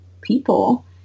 people